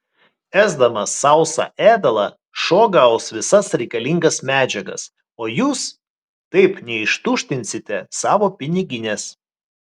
ėsdamas sausą ėdalą šuo gaus visas reikalingas medžiagas o jūs taip neištuštinsite savo piniginės